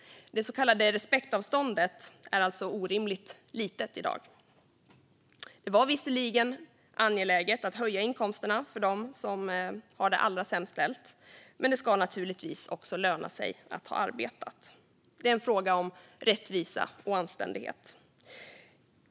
Det så kallade respektavståndet är alltså orimligt litet i dag. Det var visserligen angeläget att höja inkomsterna för dem som har det allra sämst ställt, men det ska naturligtvis också löna sig att ha arbetat. Det är en fråga om rättvisa och anständighet.